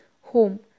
home